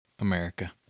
America